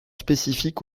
spécifiques